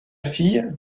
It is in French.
fille